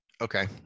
Okay